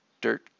dirt